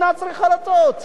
צריך לייצר את זה,